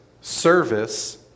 service